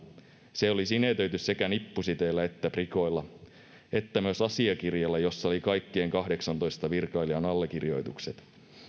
se oli sinetöity nippusiteillä prikoilla ja myös asiakirjalla jossa oli kaikkien kahdeksantoista virkailijan allekirjoitukset